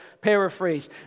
paraphrase